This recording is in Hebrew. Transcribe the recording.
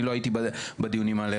אני לא הייתי בדיונים האלה,